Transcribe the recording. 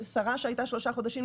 עם שרה הייתה שלושה חודשים,